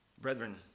brethren